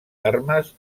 armes